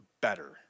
better